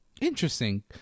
Interesting